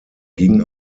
ging